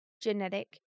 genetic